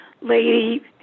lady